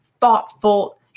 thoughtful